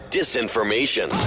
disinformation